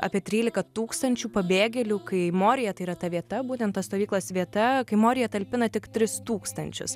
apie trylika tūkstančių pabėgėlių kai morijoje tai yra ta vieta būtent ta stovyklos vieta kai morija talpina tik tris tūkstančius